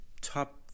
top